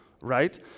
right